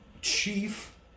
Chief